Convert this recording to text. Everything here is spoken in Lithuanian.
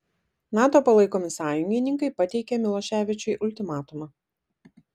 nato palaikomi sąjungininkai pateikė miloševičiui ultimatumą